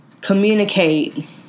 communicate